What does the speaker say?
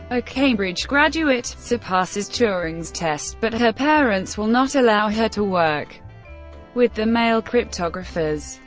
a cambridge graduate, surpasses turing's test, but her parents will not allow her to work with the male cryptographers.